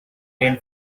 line